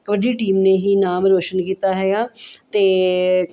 kabaddi team ਨੇ ਹੀ ਨਾਮ ਰੌਸ਼ਨ ਕੀਤਾ ਹੈਗਾ ਅਤੇ